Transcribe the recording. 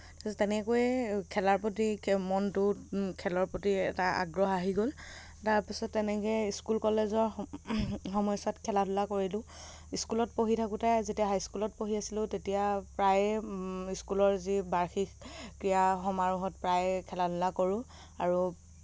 তাছত তেনেকৈয়ে খেলাৰ প্ৰতি মনটো খেলৰ প্ৰতি এটা আগ্ৰহ আহি গ'ল তাৰপিছত তেনেকে স্কুল কলেজৰ সময়চোৱাত খেলা ধূলা কৰিলোঁ স্কুলত পঢ়ি থাকোতে যেতিয়া হাইস্কুলত পঢ়ি আছিলোঁ তেতিয়া প্ৰায়েই স্কুলৰ যি বাৰ্ষিক ক্ৰীড়া সমাৰোহত প্ৰায় খেলা ধূলা কৰো আৰু